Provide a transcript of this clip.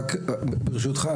ברשותך,